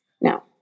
Now